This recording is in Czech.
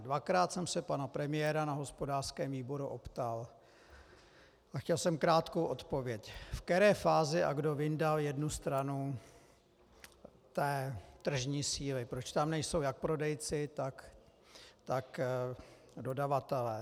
Dvakrát jsem se pana premiéra na hospodářském výboru optal a chtěl jsem krátkou odpověď, ve které fázi a kdo vyndal jednu stranu té tržní síly, proč tam nejsou jak prodejci, tak dodavatelé.